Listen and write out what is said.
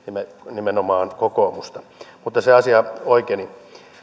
nimenomaan kokoomusta mutta se asia oikeni